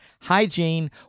hygiene